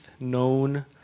known